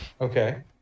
Okay